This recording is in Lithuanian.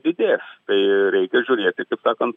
didės tai reikia žiūrėti taip sakant